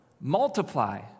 multiply